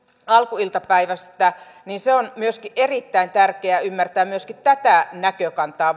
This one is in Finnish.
alkuiltapäivästä on myöskin erittäin tärkeä ymmärtää tätä näkökantaa